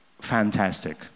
fantastic